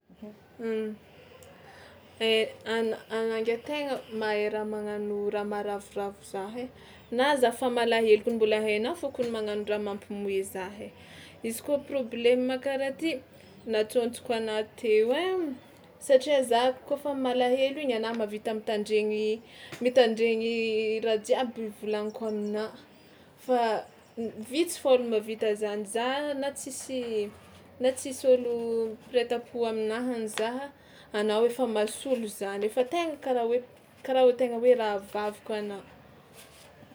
Mhh, e- an- anà ngiahy tegna mahay raha magnano raha maharavoravo zah e! Na za fa malahelo kony mbola hainao fo kony magnano raha mampimoehy zah e! Izy kôa problème karaha ty, natsôntsoko anà teo ai, satria za kaofa malahelo igny anà mahavita mitandregny mitandregny raha jiaby volaniko aminà fa n- vitsy fao ny mahavita zany za na tsisy na tsisy ôlo mpiray tampo aminaha za anao efa mahasolo zany efa tegna karaha hoe karaha hoe tegna hoe rahavaviko anà.